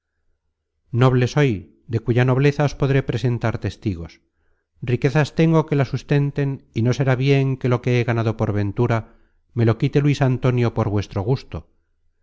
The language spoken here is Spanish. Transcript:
noble soy de cuya nobleza os podré presentar testigos riquezas tengo que la sustenten y no será bien que lo que he ganado por ventura me lo quite luis antonio por vuestro gusto